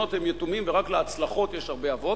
שהכישלונות הם יתומים ורק להצלחות יש הרבה אבות,